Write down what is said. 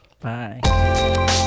Bye